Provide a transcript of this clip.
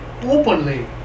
openly